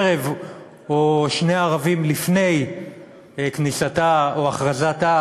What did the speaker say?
ערב או שני ערבים לפני כניסתה או הכרזתה